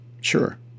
sure